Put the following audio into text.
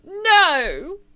no